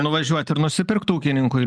nuvažiuot ir nusipirkt ūkininkui